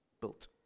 built